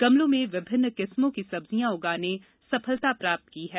गमलों में विभिन्न किस्मों की सब्जियां उगाने सफलता प्राप्त की है